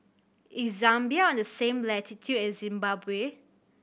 is Zambia on the same latitude as Zimbabwe